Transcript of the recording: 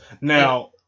Now